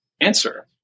answer